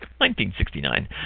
1969